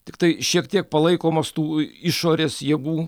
tiktai šiek tiek palaikomas tų išorės jėgų